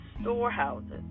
storehouses